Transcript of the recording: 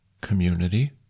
community